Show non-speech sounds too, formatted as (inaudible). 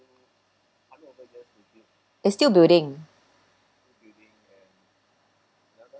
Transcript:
(noise) it's still building (noise)